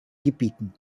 gebieten